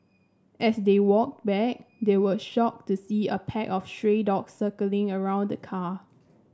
as they walked back they were shocked to see a pack of stray dogs circling around the car